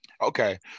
Okay